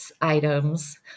items